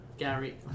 Gary